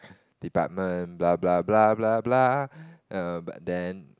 department blah blah blah blah blah err but then